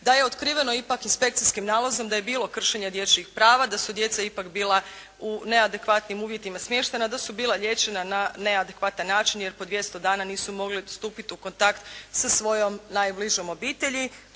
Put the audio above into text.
da je otkriveno ipak inspekcijskim nalazom da je bilo kršenja dječjih prava, da su djeca ipak bila u neadekvatnim uvjetima smještena, da su bila liječena na neadekvatan način jer po 200 dana nisu mogli stupiti u kontakt sa svojom najbližom obitelji.